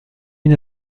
une